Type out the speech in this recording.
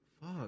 fuck